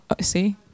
see